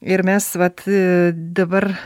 ir mes vat ii dabar